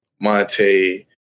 Monte